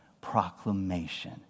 proclamation